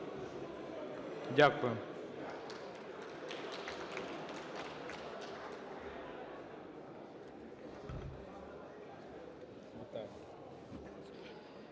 Дякую.